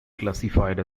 classified